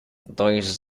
dois